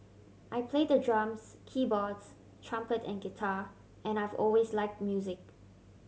I play the drums keyboards trumpet and guitar and I've always like music